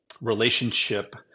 relationship